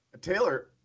Taylor